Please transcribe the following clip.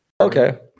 Okay